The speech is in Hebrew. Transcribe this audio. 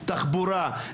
תחבורה,